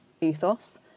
ethos